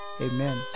Amen